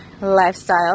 lifestyle